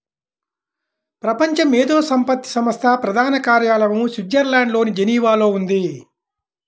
ప్రపంచ మేధో సంపత్తి సంస్థ ప్రధాన కార్యాలయం స్విట్జర్లాండ్లోని జెనీవాలో ఉంది